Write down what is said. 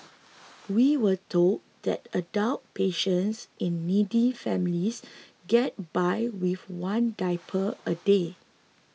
we were told that adult patients in needy families get by with one diaper a day